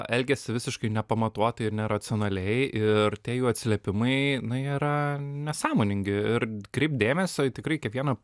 elgiasi visiškai nepamatuotai ir neracionaliai ir tie jų atsiliepimai na jei yra nesąmoningi ir kreipt dėmesio tikrai į kiekvieną